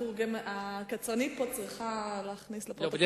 הקצרנית פה צריכה להכניס לפרוטוקול